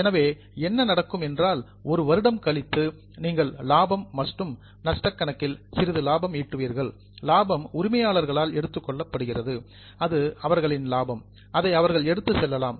எனவே என்ன நடக்கும் என்றால் ஒரு வருடம் கழித்து நீங்கள் லாபம் மற்றும் நஷ்டக் கணக்கில் சிறிது லாபம் ஈட்டுவீர்கள் லாபம் உரிமையாளர்களால் எடுத்துக் கொள்ளப்படுகிறது அது அவர்களின் லாபம் அதை அவர்கள் எடுத்துச் செல்லலாம்